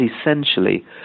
essentially